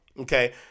Okay